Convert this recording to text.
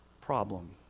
problem